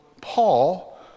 Paul